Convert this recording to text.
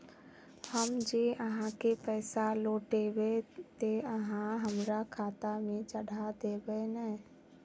हम जे आहाँ के पैसा लौटैबे ते आहाँ हमरा खाता में चढ़ा देबे नय?